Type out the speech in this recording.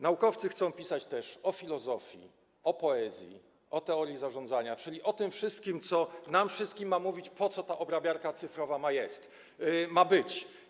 Naukowcy chcą też pisać o filozofii, o poezji, o teorii zarządzania, czyli o tym wszystkim, co nam wszystkim ma mówić, po co ta obrabiarka cyfrowa ma być.